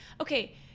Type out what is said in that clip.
okay